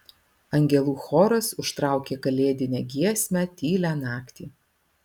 angelų choras užtraukė kalėdinę giesmę tylią naktį